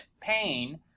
pain